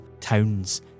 towns